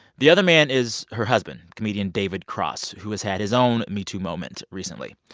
the other man is her husband, comedian david cross, who has had his own metoo moment recently.